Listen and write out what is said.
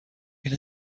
این